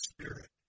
Spirit